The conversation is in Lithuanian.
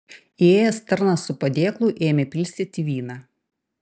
įėjęs tarnas su padėklu ėmė pilstyti vyną